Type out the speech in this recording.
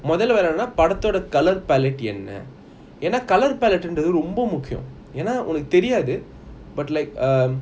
முத்த வேலை என்னனா படத்தோட:mutha velai ennana padathoda colour palette என்ன என்ன:enna enna colour palette ரொம்ப முக்கியம் என்ன உன்னக்கு தெரியாது:romba mukkiyam enna unnaku teriyathu but like um